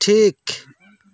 ᱴᱷᱤᱠ